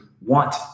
want